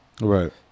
Right